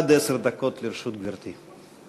עד עשר דקות לרשות גברתי.